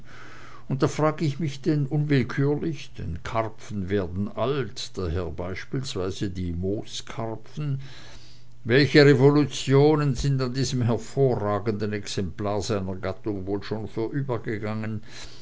und da frag ich mich denn unwillkürlich denn karpfen werden alt daher beispielsweise die mooskarpfen welche revolutionen sind an diesem hervorragenden exemplar seiner gattung wohl schon vorübergegangen